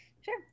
Sure